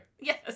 Yes